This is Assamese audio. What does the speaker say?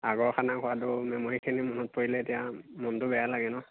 আগৰ খানা খোৱাটো মেমৰিখিনি মনত পৰিলে এতিয়া মনটো বেয়া লাগে নহ্